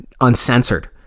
uncensored